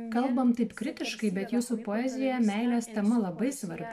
kalbame taip kritiškai bet jūsų poezijoje meilės tema labai svarbi